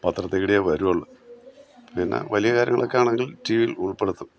പത്രത്തിലൂടെയേ വരികയുള്ളൂ പിന്നെ വലിയ കാര്യങ്ങളൊക്കെ ആണെങ്കിൽ ടീവിയിൽ ഉൾപ്പെടുത്തും